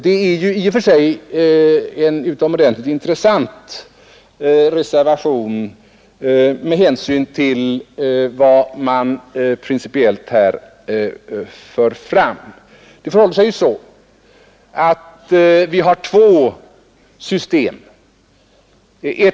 I och för sig är det en utomordentligt intressant reservation med hänsyn till vad som principiellt förs fram. Det förhåller sig så att vi har två olika system för studiestödet.